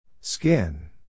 Skin